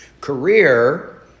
Career